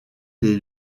les